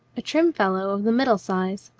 a trim fellow of the middle size,